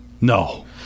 No